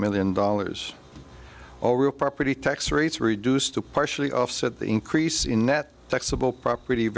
million dollars all real property tax rates reduced to partially offset the increase in net taxable property